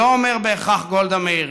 אני לא אומר בהכרח גולדה מאיר,